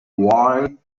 wild